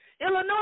Illinois